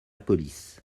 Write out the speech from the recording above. police